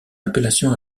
appellation